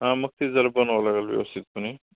हा मग ते जरा बनवावं लागेल व्यवस्थितपणे